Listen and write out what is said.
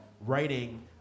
writing